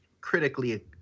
critically